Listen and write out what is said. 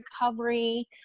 recovery